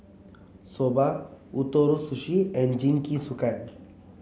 Soba Ootoro Sushi and Jingisukan